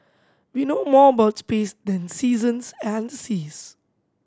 we know more about space than the seasons and the seas